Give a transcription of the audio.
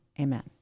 amen